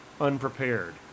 unprepared